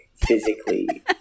physically